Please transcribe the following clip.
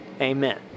Amen